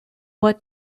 what